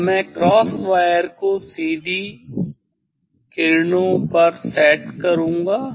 अब मैं cross wire को सीधी किरणों पर सेट करूंगा